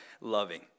loving